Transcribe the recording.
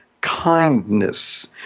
kindness